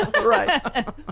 Right